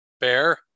Bear